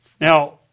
Now